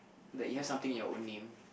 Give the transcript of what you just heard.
that you have something in your own name